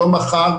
לא מחר,